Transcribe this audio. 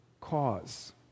cause